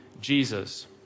Jesus